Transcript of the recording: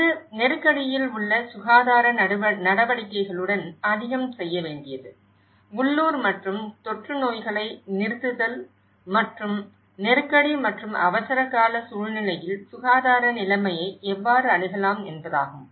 இது நெருக்கடியில் உள்ள சுகாதார நடவடிக்கைகளுடன் அதிகம் செய்ய வேண்டியது உள்ளூர் மற்றும் தொற்றுநோய்களை நிறுத்துதல் மற்றும் நெருக்கடி மற்றும் அவசரகால சூழ்நிலையில் சுகாதார நிலைமையை எவ்வாறு அணுகலாம் என்பதாகும்